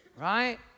Right